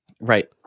right